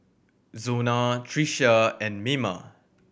Zona Tricia and Mima